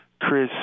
Chris